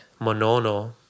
Monono